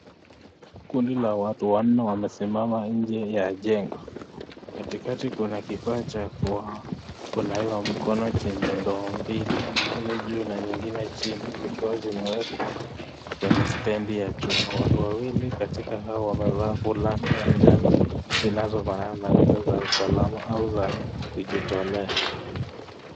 Kundi la watu wanne wamesimama nje ya jengo, katikati kuna kifaa cha kunawa mkono chenye ndoo mbili, moja juu na nyingine chini zikiwa zimewekwa kwenye stendi ya chuma. Watu wawili katika hawa wamevaa fulana ya njano zinazovaana zile za usalama au za kujitolea,